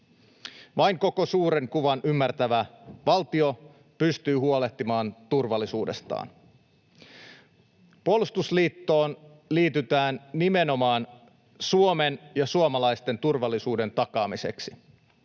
Vain koko suuren kuvan ymmärtävä valtio pystyy huolehtimaan turvallisuudestaan. Puolustusliittoon liitytään nimenomaan Suomen ja suomalaisten turvallisuuden takaamiseksi,